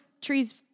Trees